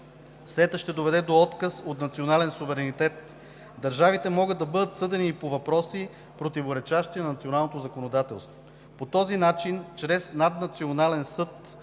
СЕТА ще доведе до отказ от национален суверенитет. Държавите могат да бъдат съдени и по въпроси, противоречащи на националното законодателство. По този начин, чрез наднационален съд,